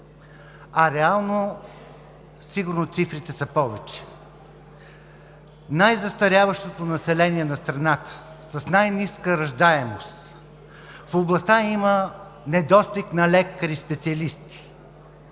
а реално цифрите сигурно са повече. Най-застаряващото население на страната, с най-ниска раждаемост. В областта има недостиг на лекари специалисти.